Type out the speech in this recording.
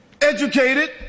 Educated